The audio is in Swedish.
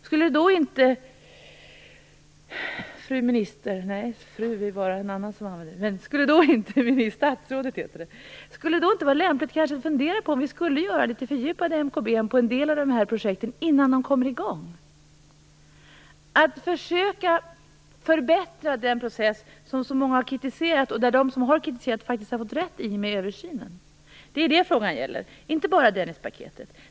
Skulle det då inte vara lämpligt, statsrådet, att fundera på om vi skulle göra litet fördjupade MKB på en del av de här projekten innan de kommer i gång, försöka förbättra den process som så många har kritiserat? De som har kritiserat har faktiskt fått rätt i och med översynen. Det är det frågan gäller, inte bara Dennispaketet.